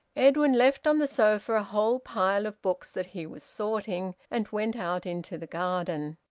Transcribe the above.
edwin left on the sofa a whole pile of books that he was sorting, and went out into the garden.